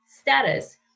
status